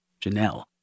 Janelle